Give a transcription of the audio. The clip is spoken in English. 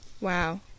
Wow